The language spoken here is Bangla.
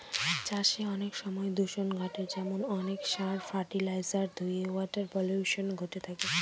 চাষে অনেক সময় দূষন ঘটে যেমন অনেক সার, ফার্টিলাইজার ধূয়ে ওয়াটার পলিউশন ঘটে থাকে